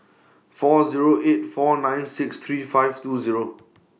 four Zero eight four nine six three five two Zero